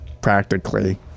practically